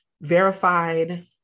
verified